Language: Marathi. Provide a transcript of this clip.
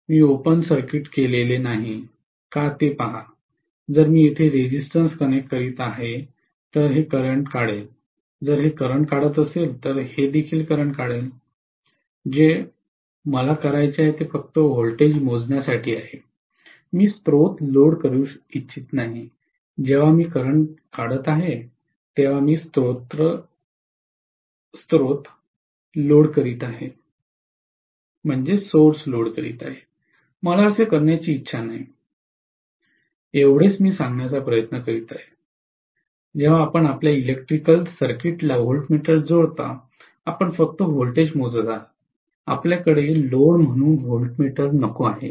मी ओपन सर्किट केलेले नाही का ते पहा जर मी येथे रेझिस्टन्स कनेक्ट करीत आहे तर हे करंट काढेल जर हे करंट काढत असेल तर हे देखील करंट काढेल जे मला करायचे आहे ते फक्त व्होल्टेज मोजण्यासाठी आहे मी स्त्रोत लोड करू इच्छित नाही जेव्हा मी करंट काढत आहे तेव्हा मी स्त्रोत लोड करीत आहे मला असे करण्याची इच्छा नाही एवढेच मी सांगण्याचा प्रयत्न करीत आहे जेव्हा आपण आपल्या इलेक्ट्रिकल सर्किटला व्होल्टमीटर जोडता आपण फक्त व्होल्टेज मोजत आहात आपल्याला लोड म्हणून व्होल्टमीटर नको आहे